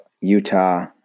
Utah